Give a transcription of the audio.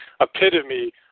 epitome